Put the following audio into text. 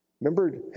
Remember